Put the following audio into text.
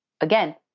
again